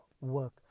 work